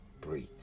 breathe